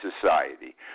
society